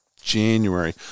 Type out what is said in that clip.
January